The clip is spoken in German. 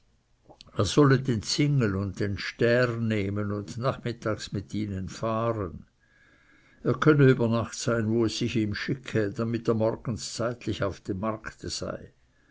er solle den zingel und den stär nehmen und nachmittags mit ihnen fahren er könne über nacht sein wo es sich ihm schicke damit er morgens zeitlich auf dem markte sei